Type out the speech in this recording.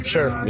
Sure